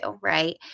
Right